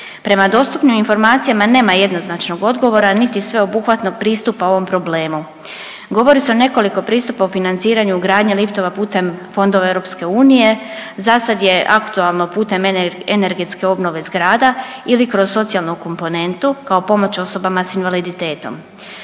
Prema dostupnim informacijama nema jednoznačnog odgovora niti sveobuhvatnog pristupa ovom problemu. Govori se o nekoliko pristupa o financiranju ugradnje liftova putem fondova EU, zasad je aktualno putem energentske obnove zgrada ili kroz socijalnu komponentu kao pomoć osobama s invaliditetom.